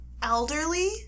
Elderly